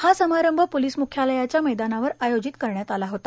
हा समारंभ पोलीस मुख्यालयाच्या मैदानावर आयोजित करण्यात आला होता